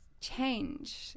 change